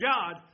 God